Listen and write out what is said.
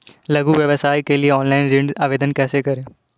लघु व्यवसाय के लिए ऑनलाइन ऋण आवेदन कैसे करें?